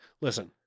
Listen